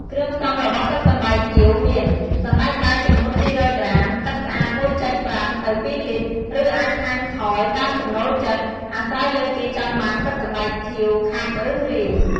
គ្រឿងផ្សំរបស់ទឹកសណ្តែកខៀវមាន សណ្ដែកបាយចំនួន២០០ក្រាម ទឹកស្អាត ១.៥ ទៅ ២ លីត្រ ឬអាចថែមថយតាមចំណូលចិត្ត អាស្រ័យលើគេចង់បានទឹកសណ្ដែកខៀវខាប់ ឬរាវ។